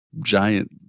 Giant